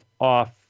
off